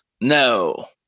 No